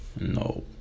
No